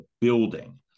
building